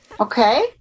Okay